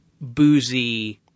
boozy –